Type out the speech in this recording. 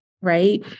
right